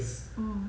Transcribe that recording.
mm